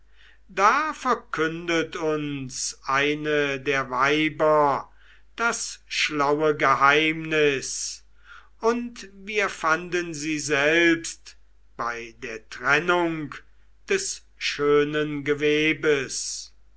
da verkündet uns eine der weiber das schlaue geheimnis und wir fanden sie selbst bei der trennung des schönen gewebes